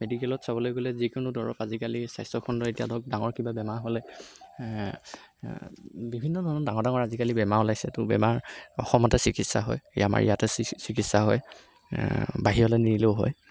মেডিকেলত চাবলৈ গ'লে যিকোনো দৰৱ আজিকালি স্বাস্থ্য খণ্ডই এতিয়া ধৰক ডাঙৰ কিবা বেমাৰ হ'লে বিভিন্ন ধৰণৰ ডাঙৰ ডাঙৰ আজিকালি বেমাৰ ওলাইছে ত' বেমাৰ অসমতে চিকিৎসা হয় এই আমাৰ ইয়াতে চিকিৎসা হয় বাহিৰলৈ নিনিলেও হয়